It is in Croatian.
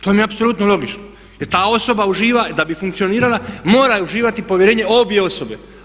To mi je apsolutno logično, jer ta osoba uživa da bi funkcionirala mora uživati povjerenje obje osobe.